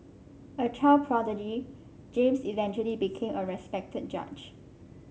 a child prodigy James eventually became a respected judge